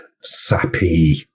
sappy